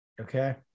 Okay